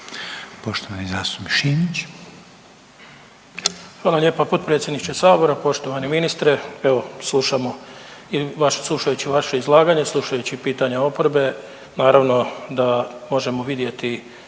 Hrvoje (HDZ)** Hvala lijepa potpredsjedniče Sabora, poštovani ministre. Evo slušamo, slušajući vaše izlaganje, slušajući pitanja oporbe naravno da možemo vidjeti